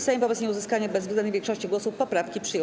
Sejm wobec nieuzyskania bezwzględnej większości głosów poprawki przyjął.